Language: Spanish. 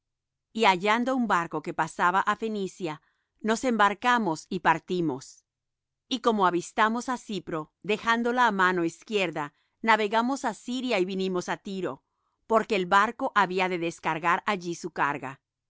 y hallando un barco que pasaba á fenicia nos embarcamos y partimos y como avistamos á cipro dejándola á mano izquierda navegamos á siria y vinimos á tiro porque el barco había de descargar allí su carga